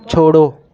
छोड़ो